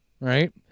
right